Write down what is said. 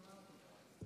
גברתי, שלוש דקות.